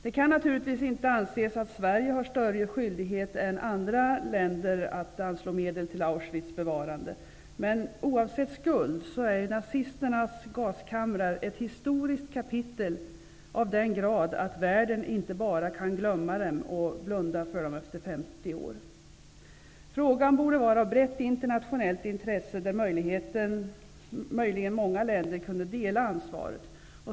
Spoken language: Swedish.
Det kan naturligtvis inte anses att Sverige har större skyldighet än andra länder att anslå medel till Auschwitz bevarande, men oavsett skulden är nazisternas gaskamrar ett historiskt kapitel av den grad att världen inte bara får glömma bort dem och blunda för dem efter 50 Frågan borde vara av brett internationellt intresse, och möjligen kunde många länder dela ansvaret.